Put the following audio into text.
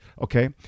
okay